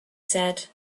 said